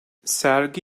sergi